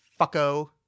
Fucko